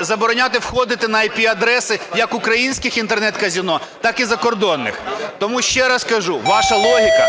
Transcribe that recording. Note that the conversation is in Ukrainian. забороняти входити на IP-адреси як українських Інтернет-казино, так і закордонних. Тому ще раз кажу, ваша логіка